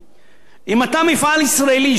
אם אתה מפעל ישראלי שלא מייצא,